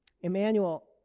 Emmanuel